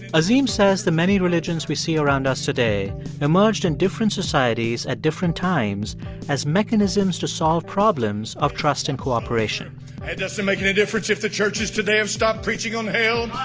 azim says the many religions we see around us today emerged in different societies at different times as mechanisms to solve problems of trust and cooperation it doesn't make any difference if the churches today have stopped preaching on hell.